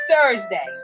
Thursday